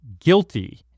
guilty